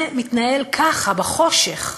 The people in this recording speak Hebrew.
זה מתנהל ככה, בחושך.